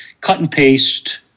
cut-and-paste